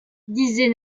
disait